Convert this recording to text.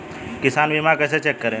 किसान बीमा कैसे चेक करें?